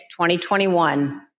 2021